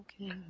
Okay